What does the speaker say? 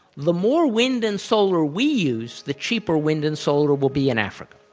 the more wind and solar we use, the cheaper wind and solar will be in africa.